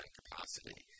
capacity